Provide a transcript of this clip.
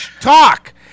talk